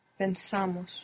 Pensamos